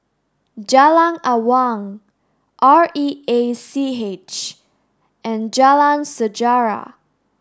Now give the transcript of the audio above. Jalan Awang R E A C H and Jalan Sejarah